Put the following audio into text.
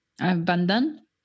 abandon